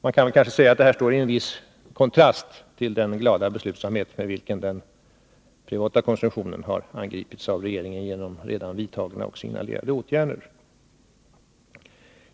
Man kanske kan säga att detta står i viss kontrast till den glada beslutsamhet med vilken den privata konsumtionen har angripits av regeringen genom redan vidtagna och signalerade åtgärder.